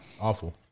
Awful